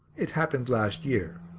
it happened last year.